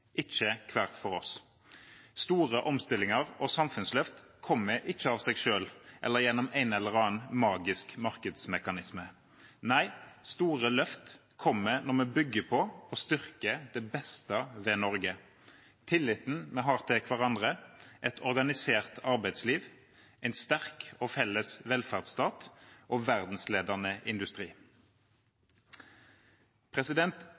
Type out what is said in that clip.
ikke hver for oss. Store omstillinger og samfunnsløft kommer ikke av seg selv eller gjennom en eller annen magisk markedsmekanisme. Nei, store løft kommer når vi bygger på og styrker det beste ved Norge: tilliten vi har til hverandre, et organisert arbeidsliv, en sterk og felles velferdsstat og verdensledende industri.